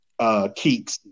Keeks